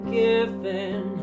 given